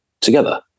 together